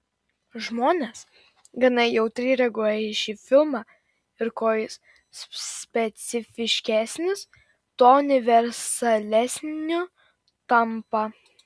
žmonės gana jautriai reaguoja į šį filmą ir kuo jis specifiškesnis tuo universalesniu tampa